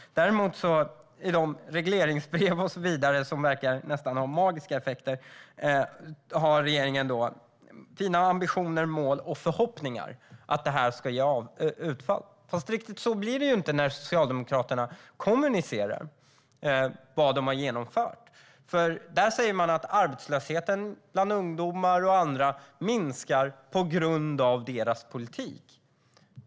Däremot har regeringen i regleringsbrev - som verkar ha nästan magiska effekter - och så vidare fina ambitioner, mål och förhoppningar om att det här ska ge utfall. Fast riktigt så blir det inte när Socialdemokraterna kommunicerar vad de har genomfört. Ni säger att arbetslösheten bland ungdomar och andra minskar på grund av er politik.